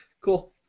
Cool